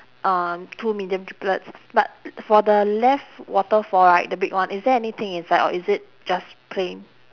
um two medium driblets but for the left waterfall right the big one is there anything inside or is it just plain